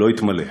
לא התמלא.